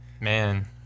man